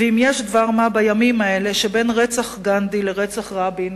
ואם יש דבר מה בימים האלה שבין רצח גנדי לרצח רבין,